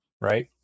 right